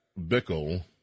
Bickle